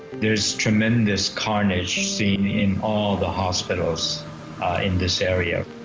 there is tremendous carnage seen in all the hospitals in this area.